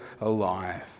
alive